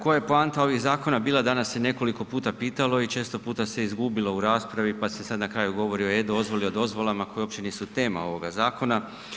Koja je poanta ovih zakona bila, danas se nekoliko puta pitalo i često puta se izgubilo u raspravi pa se sad na kraju govori o e-dozvoli, o dozvolama koje uopće nisu tema ovoga zakona.